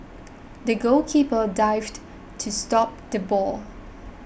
the goalkeeper dived to stop the ball